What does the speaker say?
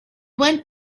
went